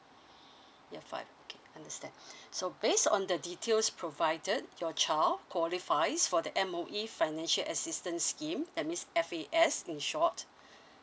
okay understand so based on the details provided your child qualifies for the M_O_E financial assistance scheme that means F_A_S in short